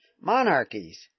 monarchies